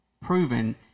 proven